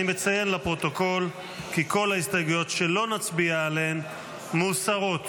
אני מציין לפרוטוקול כי כל ההסתייגויות שלא נצביע עליהן מוסרות.